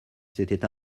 c’était